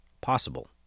possible